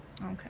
Okay